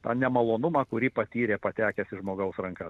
tą nemalonumą kurį patyrė patekęs į žmogaus rankas